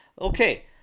Okay